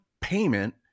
payment